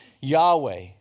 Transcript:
Yahweh